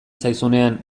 zaizunean